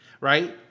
right